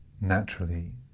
naturally